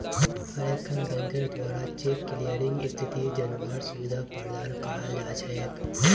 हर एकखन बैंकेर द्वारा चेक क्लियरिंग स्थिति जनवार सुविधा प्रदान कराल जा छेक